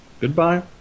Goodbye